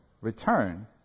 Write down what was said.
return